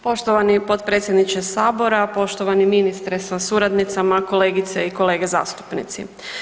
Poštovani potpredsjedniče sabora, poštovani ministre sa suradnicama, kolegice i kolege zastupnici.